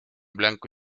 blanco